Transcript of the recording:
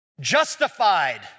justified